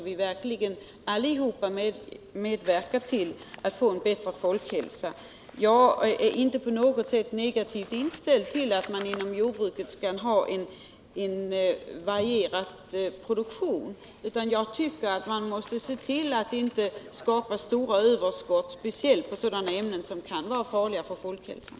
Vi måste alla medverka i arbetet på att förbättra folkhälsan. Jag är inte på något sätt negativt inställd till att jordbruket skall ha en varierad produktion, men jag tycker att man måste se till att det inte skapas stora överskott på födoämnen som kan vara farliga för folkhälsan.